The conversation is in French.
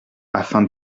afin